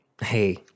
hey